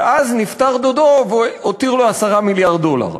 ואז נפטר דודו והותיר לו 10 מיליארד דולר.